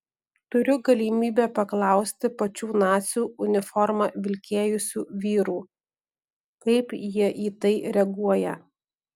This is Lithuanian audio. turiu galimybę paklausti pačių nacių uniformą vilkėjusių vyrų kaip jie į tai reaguoja